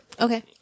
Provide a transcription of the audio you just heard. Okay